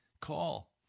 Call